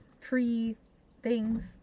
pre-things